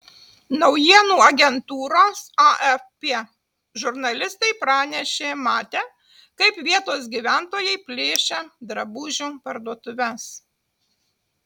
naujienų agentūros afp žurnalistai pranešė matę kaip vietos gyventojai plėšia drabužių parduotuves